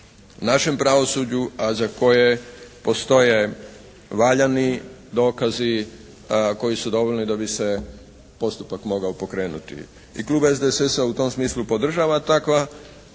našem pravosuđu, a za koje postoje valjani dokazi koji su dovoljni da bi se postupak mogao pokrenuti. I Klub SDSS-a u tom smislu podržava takve